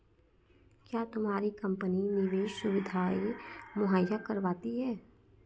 क्या तुम्हारी कंपनी निवेश सुविधायें मुहैया करवाती है?